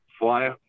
fly